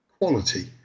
quality